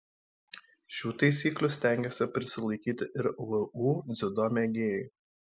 šių taisyklių stengiasi prisilaikyti ir vu dziudo mėgėjai